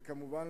וכמובן,